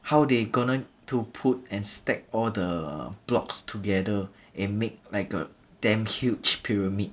how they gonna to put and stack all the blocks together and make like a damn huge pyramid